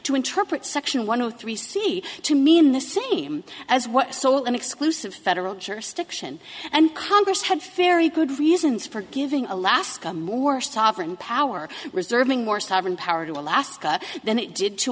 to interpret section one of three c to mean the same as what sole and exclusive federal jurisdiction and congress have fairy good reasons for giving alaska more sovereign power reserving more sovereign power to alaska than it did to